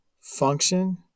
function